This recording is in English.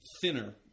thinner